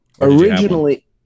Originally